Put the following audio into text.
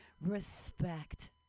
Respect